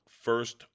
First